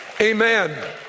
amen